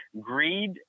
greed